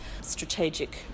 strategic